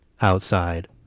outside